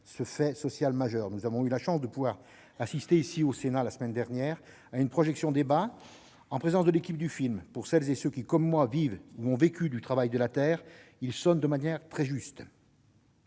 ce fait social majeur. Nous avons eu la chance de pouvoir assister à une projection-débat la semaine dernière au Sénat, en présence de l'équipe du film. Pour celles et ceux qui, comme moi, vivent ou ont vécu du travail de la terre, il sonne de manière très juste-